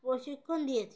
প্রশিক্ষণ দিয়েছে